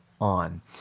on